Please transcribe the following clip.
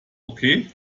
okay